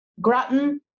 Grattan